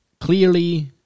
clearly